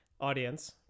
Audience